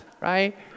right